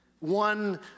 One